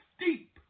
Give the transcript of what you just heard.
deep